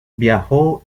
viajó